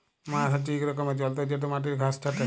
ময়ার হছে ইক রকমের যল্তর যেটতে মাটির ঘাঁস ছাঁটে